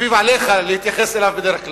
עליך להתייחס אליו בדרך כלל.